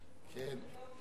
--- יש פה היום.